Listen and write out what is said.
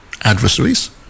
adversaries